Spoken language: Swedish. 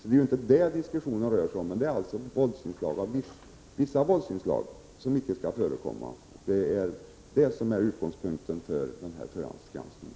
Det är ju inte det diskussionen rör sig om, utan det är vissa våldsinslag som icke skall förekomma. Det är det som är utgångspunkten för den här förhandsgranskningen.